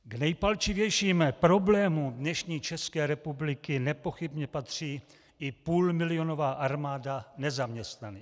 K nejpalčivějším problémům dnešní České republiky nepochybně patří i půlmilionová armáda nezaměstnaných.